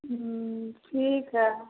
हुँ ठीक हइ